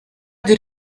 did